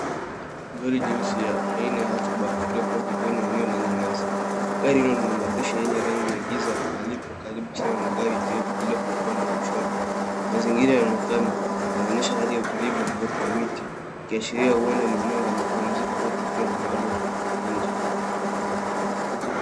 Gari jeusi ya aina ya hanchback iliyopaki kwa eneo lenye nyasi. Gari hilo lina madirisha yenye rangi ya giza na yaliyopo karibu sana na gari iliyopo upande wa kushoto. Mazingira yanaonekana, yanaonyesha hali ya utulivu na uwepo wa miti, ikiashiria uwenda ni eneo la mapumziko au tukio la maalumu nje.